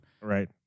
Right